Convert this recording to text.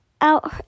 out